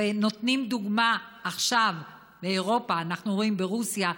ונותנים דוגמה עכשיו באירופה, אנחנו רואים ברוסיה,